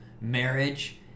marriage